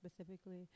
specifically